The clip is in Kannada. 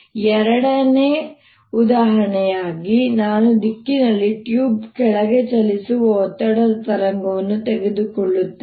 ಎರಡನೇ ಉದಾಹರಣೆಯಾಗಿ ನಾನು x ದಿಕ್ಕಿನಲ್ಲಿ ಟ್ಯೂಬ್ನ ಕೆಳಗೆ ಚಲಿಸುವ ಒತ್ತಡದ ತರಂಗವನ್ನು ತೆಗೆದುಕೊಳ್ಳುತ್ತೇನೆ